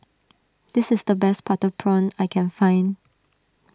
this is the best Butter Prawn I can find